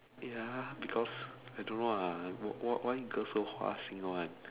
ya because I don't know lah why why girls so 花心 [one]